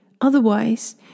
Otherwise